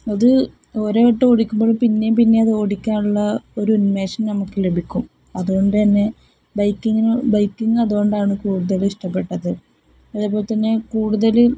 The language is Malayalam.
അത് ഓരോവട്ടം ഓടിക്കുമ്പോഴും പിന്നെയും പിന്നെ അത് ഓടിക്കാനുള്ള ഒരു ഉന്മേഷം നമുക്ക് ലഭിക്കും അതുകൊണ്ട് തന്നെ ബൈക്കിങ്ങിന് ബൈക്കിങ് അതുകൊണ്ടാണ് കൂടുതൽ ഇഷ്ടപ്പെട്ടത് അതേപോലെ തന്നെ കൂടുതൽ